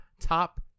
top